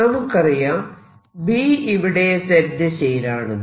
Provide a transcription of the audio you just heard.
നമുക്കറിയാം B ഇവിടെ Z ദിശയിലാണെന്ന്